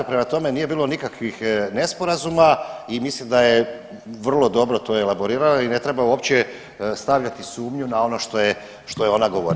Prema tome, nije bilo nikakvih nesporazuma i mislim da je vrlo dobro to elaborirala i ne treba uopće stavljati sumnju na ono što je ona govorila.